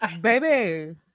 baby